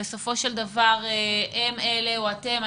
בסופו של דבר הם אלה או אתם,